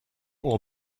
will